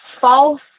false